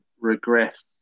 Regress